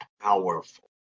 powerful